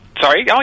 Sorry